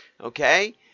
Okay